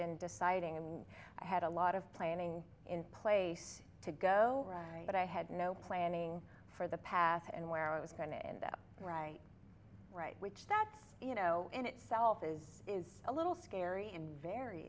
in deciding and i had a lot of planning in place to go but i had no planning for the path and where i was going to end up right which that you know in itself is is a little scary and very